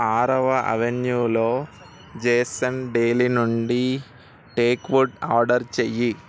ఆరవ అవెన్యూలో Jason Daly నుండి టేక్వుడ్ ఆర్డర్ చెయ్యి